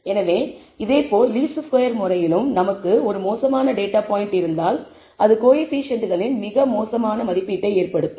எனவே இதேபோல் least square முறையிலும் நமக்கு ஒரு மோசமான டேட்டா பாயிண்ட் இருந்தால் அது கோயபிசியன்ட்களின் மிக மோசமான மதிப்பீட்டை ஏற்படுத்தும்